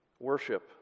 Worship